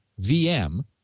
vm